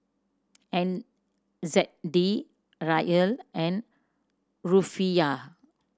N Z D Riyal and Rufiyaa